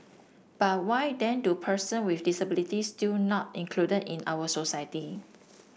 but why then do person with disabilities still not included in our society